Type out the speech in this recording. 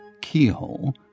keyhole